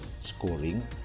scoring